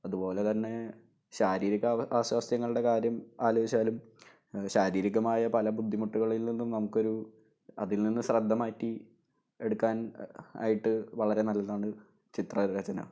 അതുപോലെ തന്നെ ശാരീരിക അവ ആസ്വാരസ്യങ്ങളുടെ കാര്യം ആലോചിച്ചാലും ശാരീരികമായ പല ബുദ്ധിമുട്ടുകളിൽ നിന്ന് നമുക്ക് ഒരു അതിൽ നിന്ന് ശ്രദ്ധ മാറ്റി എടുക്കാനായിട്ട് വളരെ നല്ലതാണ് ചിത്രരചന